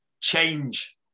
change